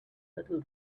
little